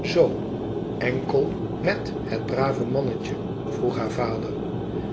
zoo enkel met het brave mannetje vroeg haar vader